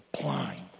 blind